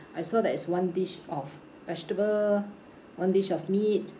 I saw there is one dish of vegetable one dish of meat